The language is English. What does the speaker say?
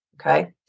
Okay